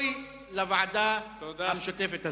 אוי לוועדה המשותפת הזאת.